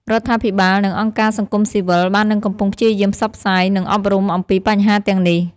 រដ្ឋាភិបាល និងអង្គការសង្គមស៊ីវិលបាននិងកំពុងព្យាយាមផ្សព្វផ្សាយ និងអប់រំអំពីបញ្ហាទាំងនេះ។